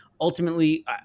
Ultimately